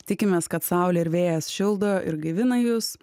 tikimės kad saulė ir vėjas šildo ir gaivina jus